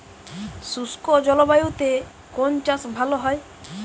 শুষ্ক জলবায়ুতে কোন চাষ ভালো হয়?